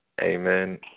amen